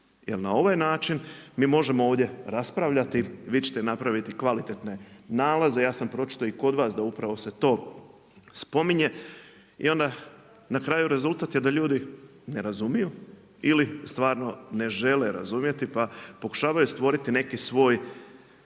Jer na ovaj način mi možemo ovdje raspravljati. Vi ćete napraviti kvalitetne nalaze. Ja sam pročitao i kod vas da upravo se to spominje i onda na kraju rezultat je da ljudi ne razumiju ili stvarno ne žele razumjeti, pa pokušavaju stvoriti neki svoj